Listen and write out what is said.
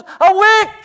awake